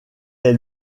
est